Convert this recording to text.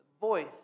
voice